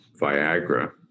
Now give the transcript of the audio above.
Viagra